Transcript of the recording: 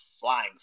flying